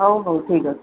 ହଉ ହଉ ଠିକ୍ ଅଛି